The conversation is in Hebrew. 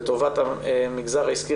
לטובת המגזר העסקי,